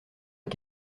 est